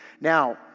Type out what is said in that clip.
Now